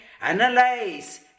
analyze